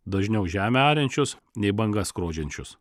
dažniau žemę ariančius nei bangas skrodžiančius